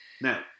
now